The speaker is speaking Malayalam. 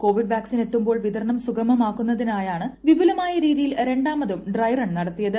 കോവിഡ് വാക്സിനെത്തുമ്പോൾ വിതരണം സുഗമമാക്കുന്നതിനായാണ് വിപുലമായ രീതിയിൽ രണ്ടാമതും ഡ്രൈ റൺ നടത്തിയത്